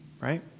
right